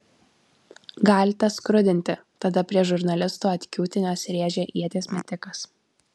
galite skrudinti tada prie žurnalistų atkiūtinęs rėžė ieties metikas